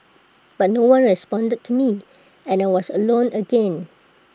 but no one responded to me and I was alone again